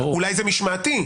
אולי זה משמעתי,